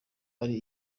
ari